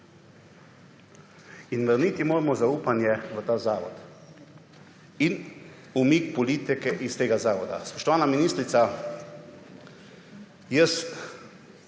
Vrniti moramo zaupanje v ta zavod in umik politike iz tega zavoda. Spoštovana ministrica, jaz